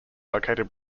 located